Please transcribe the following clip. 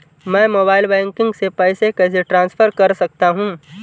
मैं mobile banking से पैसे कैसे ट्रांसफर कर सकता हूं?